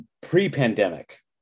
pre-pandemic